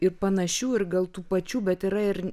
ir panašių ir gal tų pačių bet yra ir